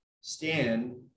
Stand